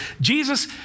Jesus